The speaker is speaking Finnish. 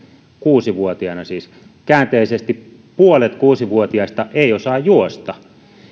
kuusi vuotiaana siis käänteisesti puolet kuusi vuotiaista ei osaa juosta